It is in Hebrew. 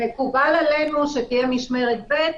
מקובל עלינו שתהיה משמרת ב',